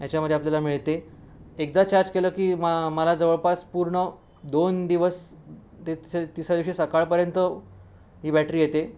याच्यामध्ये आपल्याला मिळते एकदा चार्ज केलं की म् मला जवळपास पूर्ण दोन दिवस ते तिसऱ्या दिवशी सकाळपर्यंत ही बॅटरी येते